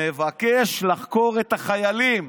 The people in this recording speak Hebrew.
מבקש לחקור את החיילים.